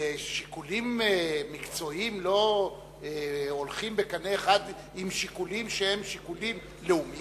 שיקולים מקצועיים לא עולים בקנה אחד עם שיקולים לאומיים?